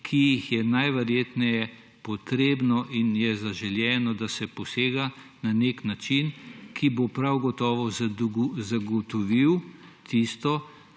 ki jih je najverjetneje potrebno in je zaželeno, da se posega na nek način, ki bo prav gotovo zagotovil tisto,